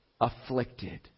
afflicted